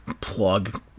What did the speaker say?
plug